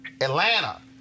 Atlanta